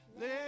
Let